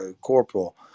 corporal